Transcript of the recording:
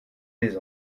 des